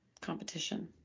Competition